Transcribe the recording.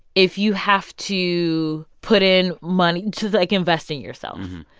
if you have to put in money to, like, invest in yourself,